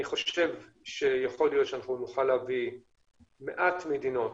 אני חושב שיכול להיות שנוכל להביא מעט מדינות